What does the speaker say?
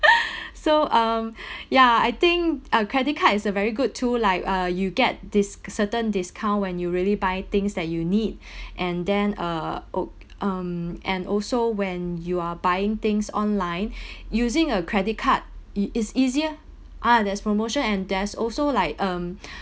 so um ya I think uh credit card is a very good tool like uh you get dis~ certain discount when you really buy things that you need and then uh oo um and also when you are buying things online using a credit card it is easier ah there's promotion and there's also like um